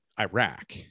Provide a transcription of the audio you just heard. Iraq